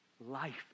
life